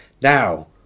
Now